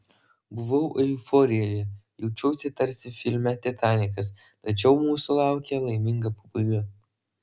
buvau euforijoje jaučiausi tarsi filme titanikas tačiau mūsų laukė laiminga pabaiga